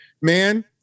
Man